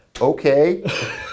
okay